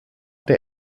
der